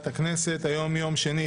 היום יום שני,